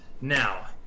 Now